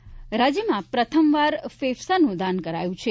અંગદાન રાજ્યમાં પ્રથમવાર ફેફસાનું દાન કરાયું છે